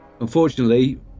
Unfortunately